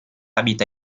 abita